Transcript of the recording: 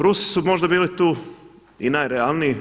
Rusi su možda bili tu i najrealniji.